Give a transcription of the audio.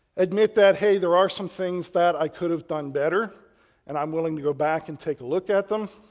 admit that, hey, there are some things that i could have done better and i'm willing to go back and take a look at them.